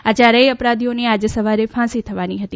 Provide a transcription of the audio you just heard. આ ચારેય અપરાધીઓને આજે સવારે ફાંસી થવાની હતી